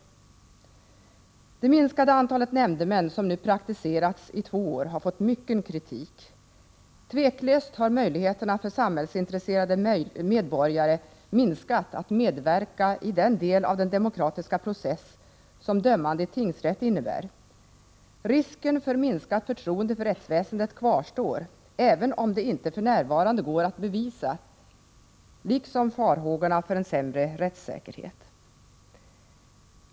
Det system med ett minskat antal nämndemän som nu har praktiserats i två år har fått mycken kritik. Tveklöst har möjligheterna reducerats för samhällsintresserade medborgare att medverka i den del av den demokratiska processen som dömande i tingsrätt innebär. Risken för ett minskat förtroende för rättsväsendet kvarstår — även om det inte för närvarande går att bevisa — liksom farhågorna för en sämre rättssäkerhet.